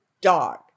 dog